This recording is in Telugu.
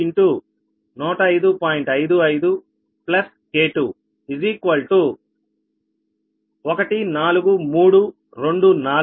అయితే ఇక్కడ K1K2 కౌన్సస్టెంట్లు